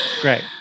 Great